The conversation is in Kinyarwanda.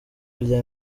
rya